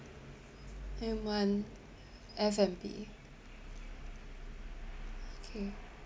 and one F&B okay